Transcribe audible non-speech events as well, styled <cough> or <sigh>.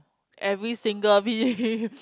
every single P_G_P <laughs>